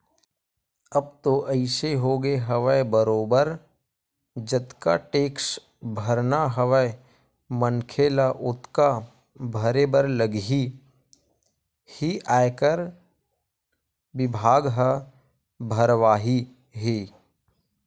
अब तो अइसे होगे हवय बरोबर जतका टेक्स भरना हवय मनखे ल ओतका भरे बर लगही ही आयकर बिभाग ह भरवाही ही